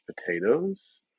potatoes